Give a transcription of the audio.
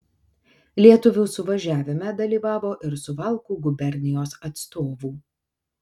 lietuvių suvažiavime dalyvavo ir suvalkų gubernijos atstovų